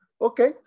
okay